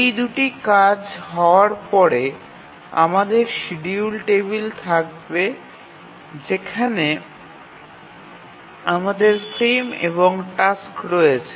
এই দুটি কাজ হওয়ার পরে আমাদের শিডিউল টেবিল থাকবে যেখানে আমাদের ফ্রেম এবং টাস্ক রয়েছে